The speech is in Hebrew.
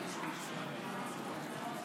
ההצבעה: